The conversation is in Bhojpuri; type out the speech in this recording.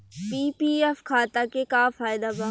पी.पी.एफ खाता के का फायदा बा?